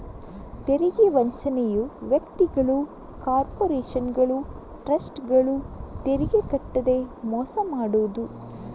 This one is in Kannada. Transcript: ತೆರಿಗೆ ವಂಚನೆಯು ವ್ಯಕ್ತಿಗಳು, ಕಾರ್ಪೊರೇಷನುಗಳು, ಟ್ರಸ್ಟ್ಗಳು ತೆರಿಗೆ ಕಟ್ಟದೇ ಮೋಸ ಮಾಡುದು